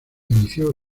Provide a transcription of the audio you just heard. inició